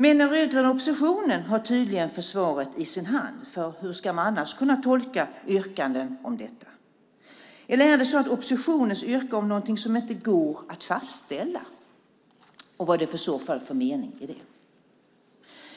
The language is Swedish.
Men den rödgröna oppositionen har tydligen svaret i sin hand, ty hur ska man annars kunna tolka yrkanden om detta. Eller är det så att oppositionen yrkar om något som inte går att fastställa, och vad är det i så fall för mening i det?